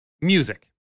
music